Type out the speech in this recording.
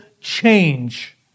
change